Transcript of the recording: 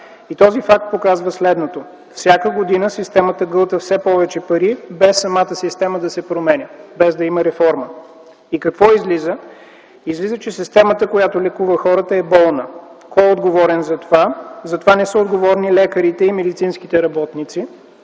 Този факт показва следното: всяка година системата гълта все повече пари, без самата система да се променя, без да има реформа. И какво излиза? Излиза, че системата, която лекува хората, е болна. Кой е отговорен за това? За това не са отговорни лекарите и медицинските работници,